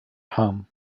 home